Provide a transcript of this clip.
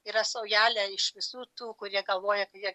yra saujelė iš visų tų kurie galvoja kad jie